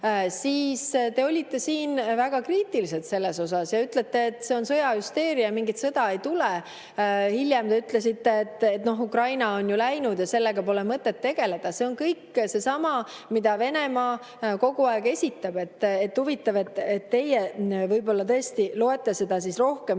siis te olite siin väga kriitilised selles osas ja ütlesite, et see sõjahüsteeria, mingit sõda ei tule. Hiljem te ütlesite, et Ukraina on läinud ja sellega pole mõtet tegeleda. See on kõik seesama, mida Venemaa kogu aeg esitab. Huvitav, teie võib-olla tõesti loete rohkem